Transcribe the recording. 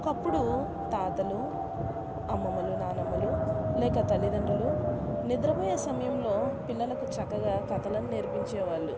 ఒకప్పుడు తాతలు అమ్మమ్మలు నానమ్మలు లేక తల్లిదండ్రులు నిద్రపోయే సమయంలో పిల్లలకు చక్కగా కథలను నేర్పించేవాళ్ళు